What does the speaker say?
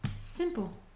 Simple